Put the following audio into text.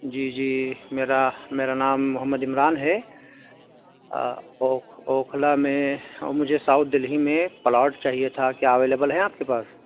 جی جی میرا میرا نام محمد عمران ہے اوکھلا میں اور مجھے ساؤتھ دلہی میں پلاٹ چاہیے تھا کیا اویلبل ہے آپ کے پاس